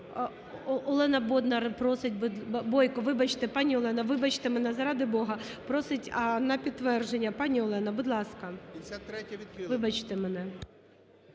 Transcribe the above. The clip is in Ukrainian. Олена Боднар, Бойко, вибачте. Пані Олена, вибачте мене, заради Бога. Просить на підтвердження. Пані Олега, будь ласка. Вибачте мене.